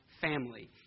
family